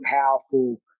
powerful